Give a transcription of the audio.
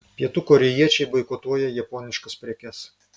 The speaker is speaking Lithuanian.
pietų korėjiečiai boikotuoja japoniškas prekes